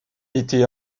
était